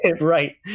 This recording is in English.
Right